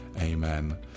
Amen